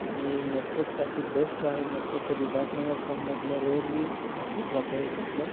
आणि नेटवकसाठी बेस्ट आहे नेटवक कधी जात नाही या फोनमधलं रेअरली नेटवक जातं येच्यातलं